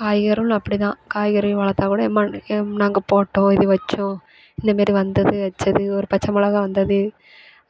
காய்கறிகளும் அப்படி தான் காய்கறி வளர்த்தா கூட ஏ மண் ஏம் நாங்கள் போட்டோம் இது வச்சோம் இந்த மாரி வந்தது வச்சது ஒரு பச்ச மிளகா வந்தது